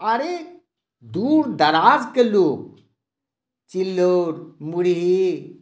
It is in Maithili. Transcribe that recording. अरे दुर दराजकेँ लोक चुलौड़ मुढ़ी